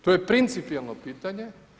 To je principjelno pitanje.